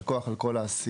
ישר כוח על כל העשייה.